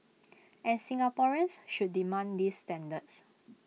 and Singaporeans should demand these standards